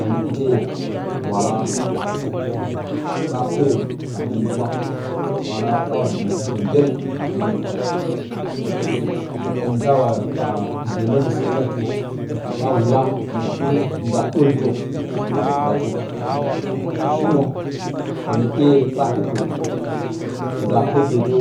anə ite bwaara ɓa peyə ka həmɨn pura bwaara ɓawa go gbyel ka həmɨnpwa hin tawa a byelə nə sata tɨ ɓa wula mya ɗɨm za dətə a vratə shinə tonə iye ɓa dɨkə nza pepetə